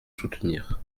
soutenir